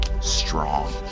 strong